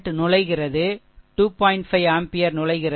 5 ampere நுழைகிறது